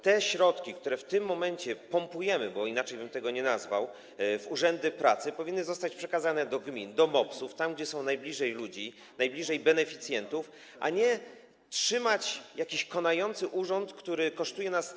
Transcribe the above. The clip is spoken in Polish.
Te środki, które w tym momencie pompujemy, bo inaczej bym tego nie nazwał, w urzędy pracy, powinny zostać przekazane do gmin, do MOPS-ów, tam, gdzie są najbliżej ludzi, najbliżej beneficjentów, a nie powinno się z nich utrzymywać jakiegoś konającego urzędu, który kosztuje nas.